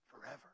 forever